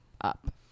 up